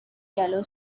yellow